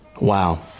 Wow